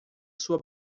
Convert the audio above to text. sua